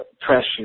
pressure